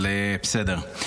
אבל בסדר.